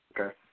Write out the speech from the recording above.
okay